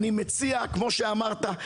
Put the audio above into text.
כמו שאמרת,